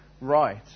right